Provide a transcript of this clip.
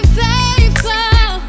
faithful